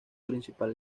principal